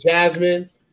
Jasmine